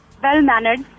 Well-mannered